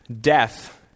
death